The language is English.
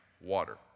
water